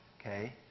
okay